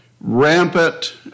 rampant